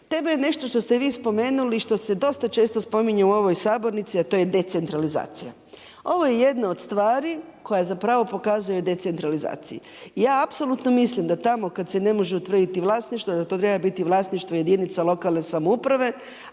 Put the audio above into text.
Tema je nešto što ste vi spomenuli što se dosta često spominje u ovoj sabornici, a to je decentralizacija. Ovo je jedno od stvari koja pokazuje decentralizaciji. Ja apsolutno mislim da tamo kada se ne može utvrditi vlasništvo da to treba biti vlasništvo jedinica lokalne samouprave,